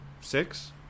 Six